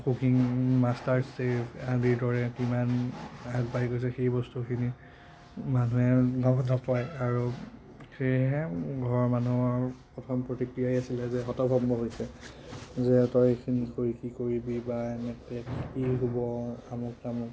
cooking master chef আদিৰ দৰে কিমান আগবাঢ়ি গৈছে সেই বস্তুখিনি মানুহে গম নাপায় আৰু সেয়েহে ঘৰৰ মানুহৰ প্ৰথম প্ৰতিক্ৰিয়াই আছিলে যে হতভম্ব হৈছে যে তই এইখিনি কৰি কি কৰিবি বা এনেকৈ কি হ'ব আমুক তামুক